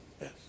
Yes